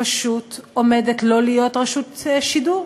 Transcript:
פשוט עומדת לא להיות רשות שידור.